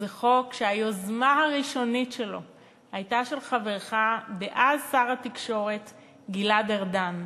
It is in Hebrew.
שהיוזמה הראשונית שלו הייתה של חברך שר התקשורת דאז גלעד ארדן.